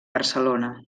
barcelona